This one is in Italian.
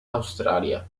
australia